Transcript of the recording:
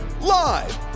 Live